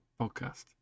podcast